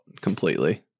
completely